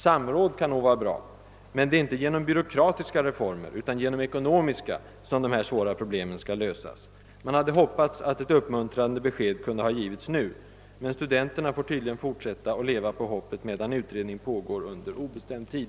Samråd kan nog vara bra, men det är inte genom byråkratiska reformer utan genom ekonomiska reformer som dessa svåra problem skall lösas. Man hade hoppats att ett uppmuntrande besked skulle ha kunnat ges nu, men studenterna får tydligen fortsätta att leva på hoppet medan utredning pågår under obestämd tid.